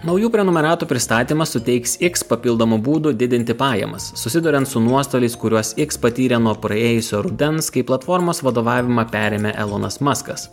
naujų prenumeratų pristatymas suteiks x papildomų būdų didinti pajamas susiduriant su nuostoliais kuriuos x patyrė nuo praėjusio rudens kai platformos vadovavimą perėmė elonas maskas